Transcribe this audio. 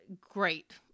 great